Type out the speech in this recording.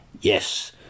yes